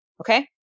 okay